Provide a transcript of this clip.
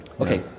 Okay